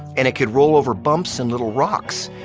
and it could roll over bumps and little rocks.